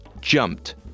jumped